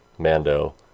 Mando